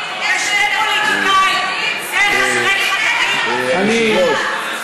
כשאתה מדבר על ועדה שיש בה שני שרים ושני פוליטיקאים זה חדרי-חדרים?